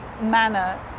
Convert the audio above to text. manner